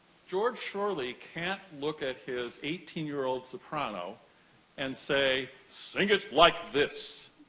george shirley can't look at his eighteen year old soprano and say sing it like this.